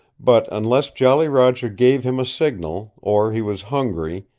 but unless jolly roger gave him a signal, or he was hungry,